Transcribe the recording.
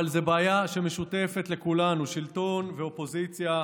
אבל זו בעיה שמשותפת לכולנו, שלטון ואופוזיציה.